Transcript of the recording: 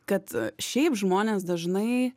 kad šiaip žmonės dažnai